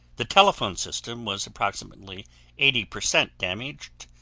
the telephone system was approximately eighty percent damaged,